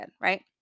right